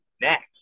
next